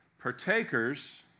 partakers